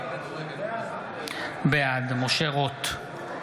בעד משה רוט,